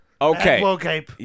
okay